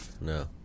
No